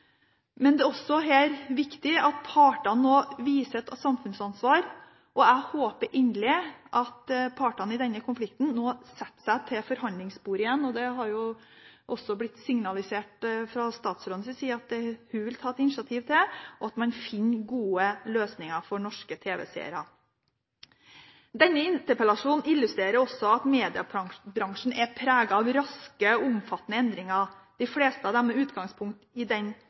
Men det er også her viktig at partene nå viser et samfunnsansvar, og jeg håper inderlig at partene i denne konflikten nå setter seg ved forhandlingsbordet igjen – det har også blitt signalisert fra statsrådens side at det vil hun ta et initiativ til – og at man finner gode løsninger for norske tv-seere. Denne interpellasjonen illustrerer også at mediebransjen er preget av raske og omfattende endringer, de fleste av dem med utgangspunkt i den